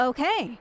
Okay